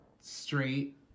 straight